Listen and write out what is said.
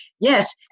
Yes